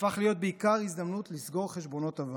הפך להיות בעיקר הזדמנות לסגור חשבונות עבר.